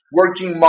working